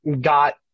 got